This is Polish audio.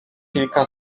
kilka